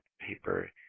paper